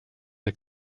ehk